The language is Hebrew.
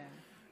כן.